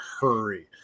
hurry